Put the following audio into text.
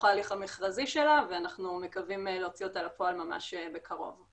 ההליך המכרזי שלה ואנחנו מקווים להוציא אותה לפועל ממש בקרוב.